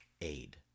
aid